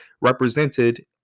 represented